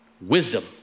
Wisdom